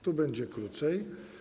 Tu będzie krócej.